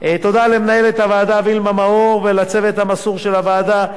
תודה למנהלת הוועדה וילמה מאור ולצוות המסור של הוועדה,